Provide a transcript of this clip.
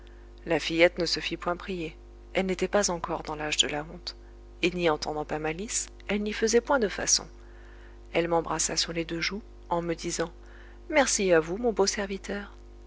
la fillette ne se fit point prier elle n'était pas encore dans l'âge de la honte et n'y entendant pas malice elle n'y faisait point de façons elle m'embrassa sur les deux joues en me disant merci à vous mon beau serviteur